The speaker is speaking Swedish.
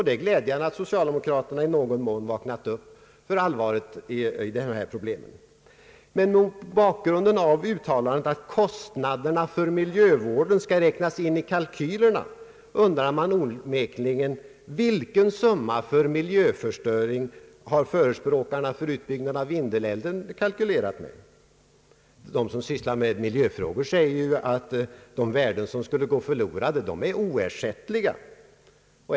Det är glädjande att socialdemokraterna i någon mån vaknat upp för allvaret i dessa problem. Mot bakgrunden av uttalandet att kostnaderna för miljövården skall räknas in i kalkylerna undrar man onekligen vilken summa för miljöförstöring förespråkarna för utbyggnad av Vindelälven kalkylerat med. De som sysslar med miljöfrågor säger att de värden som skulle gå förlorade är oersättliga.